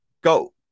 Go